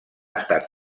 estat